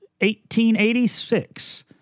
1886